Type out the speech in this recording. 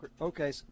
Okay